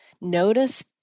notice